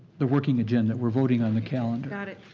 the working agenda, we're voting on the calendar. got it.